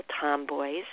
tomboys